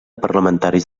parlamentaris